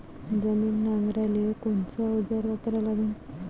जमीन नांगराले कोनचं अवजार वापरा लागन?